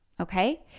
okay